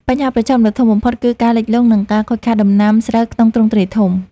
បញ្ហាប្រឈមដ៏ធំបំផុតគឺ ការលិចលង់ និងការខូចខាតដំណាំស្រូវក្នុងទ្រង់ទ្រាយធំ។